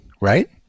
right